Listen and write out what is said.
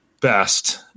best